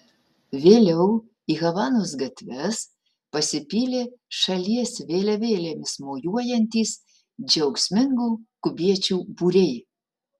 vėliau į havanos gatves pasipylė šalies vėliavėlėmis mojuojantys džiaugsmingų kubiečių būriai